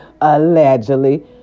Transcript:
Allegedly